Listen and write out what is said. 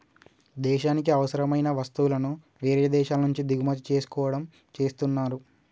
దేశానికి అవసరమైన వస్తువులను వేరే దేశాల నుంచి దిగుమతి చేసుకోవడం చేస్తున్నరు